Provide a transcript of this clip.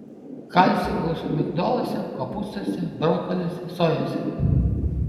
kalcio gausu migdoluose kopūstuose brokoliuose sojose